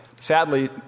Sadly